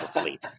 sleep